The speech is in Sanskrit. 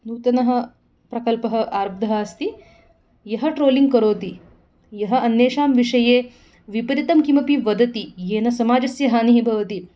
नूतनः प्रकल्पः आरब्धः अस्ति यः ट्रोलिङ्ग् करोति यः अन्येषां विषये विपरितं किमपि वदति येन समाजस्य हानिः भवति